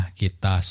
kita